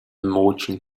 merchant